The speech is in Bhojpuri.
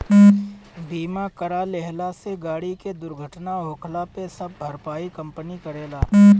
बीमा करा लेहला से गाड़ी के दुर्घटना होखला पे सब भरपाई कंपनी करेला